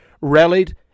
rallied